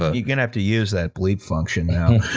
ah you're gonna have to use that bleep function now.